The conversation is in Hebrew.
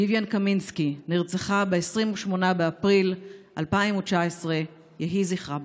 ויויאן קמינסקי נרצחה ב-28 באפריל 2019. יהי זכרה ברוך.